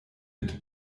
mit